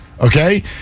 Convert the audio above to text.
Okay